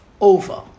over